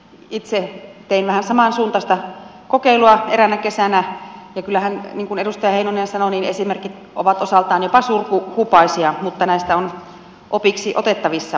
itse tein vähän samansuuntaista kokeilua eräänä kesänä ja kyllähän niin kuin edustaja heinonen sanoi esimerkit ovat osaltaan jopa surkuhupaisia mutta näistä on opiksi otettavissa